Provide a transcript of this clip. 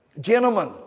Gentlemen